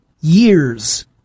years